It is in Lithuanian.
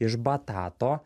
iš batato